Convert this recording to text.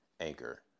Anchor